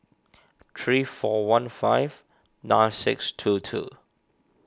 three four one five nine six two two